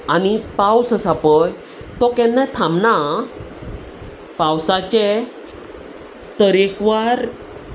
आनी पावस आसा पळय तो केन्ना थांबना पावसाचे तरेकवार